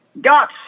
got